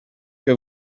que